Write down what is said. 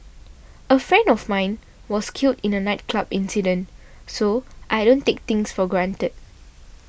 a friend of mine was killed in a nightclub incident so I don't take things for granted